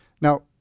Now